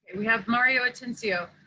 and we have mario attencio.